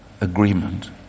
agreement